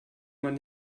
man